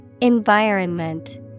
Environment